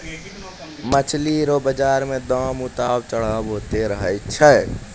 मछली रो बाजार मे दाम उतार चढ़ाव होते रहै छै